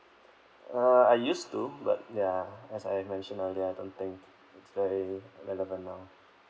uh I used to but ya as I have mentioned earlier I don't think it's very relevant now